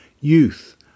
youth